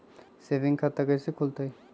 Saving खाता कैसे खुलतई?